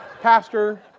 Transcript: pastor